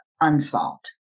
unsolved